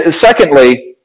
secondly